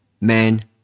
man